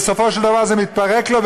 בסופו של דבר זה מתפרק לו,